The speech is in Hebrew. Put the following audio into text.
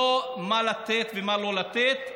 לא מה לתת ומה לא לתת,